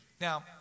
Now